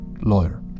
lawyer